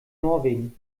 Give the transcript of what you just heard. norwegen